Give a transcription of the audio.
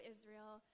Israel